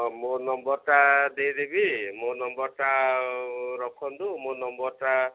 ହଁ ମୋ ନମ୍ବରଟା ଦେଇଦେବି ମୋ ନମ୍ବରଟା ରଖନ୍ତୁ ମୋ ନମ୍ବରଟା